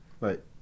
right